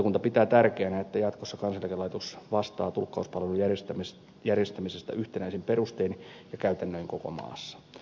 valiokunta pitää tärkeänä että jatkossa kansaneläkelaitos vastaa tulkkauspalvelujen järjestämisestä yhtenäisin perustein ja käytännöin koko maassa